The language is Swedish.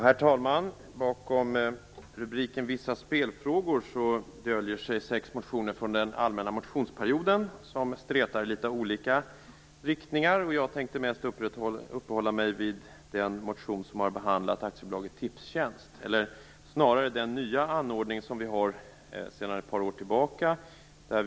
Herr talman! Bakom rubriken Vissa spelfrågor döljer sig sex motioner från den allmänna motionsperioden som stretar i litet olika riktningar. Jag tänkte mest uppehålla mig vid den motion som har behandlat aktiebolaget Tipstjänst eller snarare den nya anordning som vi har sedan ett par år tillbaka.